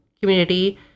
community